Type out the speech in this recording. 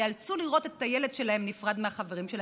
ייאלצו לראות את הילד שלהם נפרד מהחברים שלו,